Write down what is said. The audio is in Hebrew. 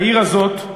העיר הזאת,